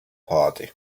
party